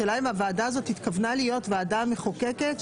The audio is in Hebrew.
השאלה אם הוועדה הזאת התכוונה להיות ועדה מחוקקת,